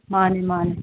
ꯃꯥꯅꯤ ꯃꯥꯅꯤ